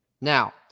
Now